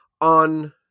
on